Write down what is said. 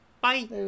bye